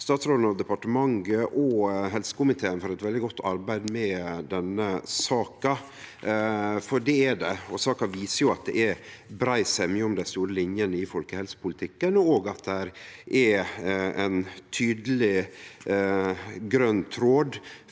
statsråden, departementet og helsekomiteen for eit veldig godt arbeid med denne saka – for det er det. Saka viser at det er brei semje om linjene i folkehelsepolitikken, og òg at det er ein tydeleg grøn tråd